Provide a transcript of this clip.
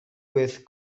with